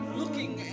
looking